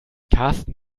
karsten